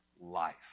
life